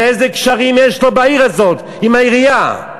ואיזה קשרים יש לו בעיר הזאת עם העירייה.